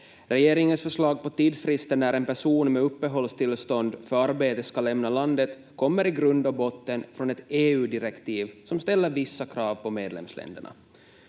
Regeringens förslag på tidsfristen när en person med uppehållstillstånd för arbete ska lämna landet kommer i grund och botten från ett EU-direktiv som ställer vissa krav på medlemsländerna.